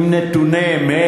עם נתוני אמת.